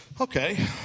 Okay